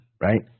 right